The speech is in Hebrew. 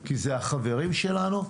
כי זה החברים שלנו,